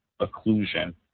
occlusion